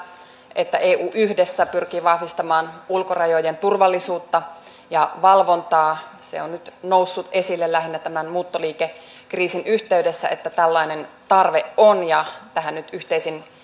että eu yhdessä pyrkii vahvistamaan ulkorajojen turvallisuutta ja valvontaa se on nyt noussut esille lähinnä tämän muuttoliikekriisin yhteydessä että tällainen tarve on ja tähän nyt yhteisin